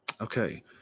Okay